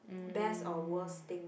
best or worst thing